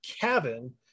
cabin